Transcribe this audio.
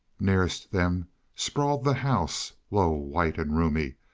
nearest them sprawled the house, low, white and roomy,